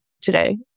today